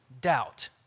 doubt